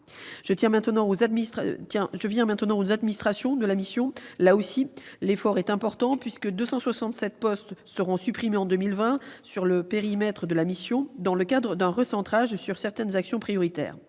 J'en viens maintenant aux administrations de la mission. Là aussi, l'effort est important, puisque 267 postes seront supprimés en 2020 sur le périmètre de la mission, dans le cadre d'un « recentrage » sur certaines actions prioritaires.